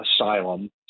asylum